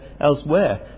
elsewhere